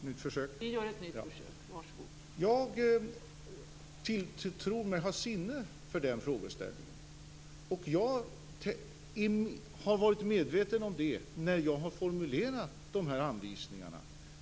Jag tror mig ha sinne för den frågeställningen. Jag har varit medveten om det när jag har formulerat de här anvisningarna.